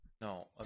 No